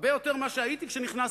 הרבה יותר ממה שהייתי כשנכנסתי.